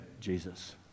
Jesus